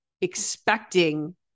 expecting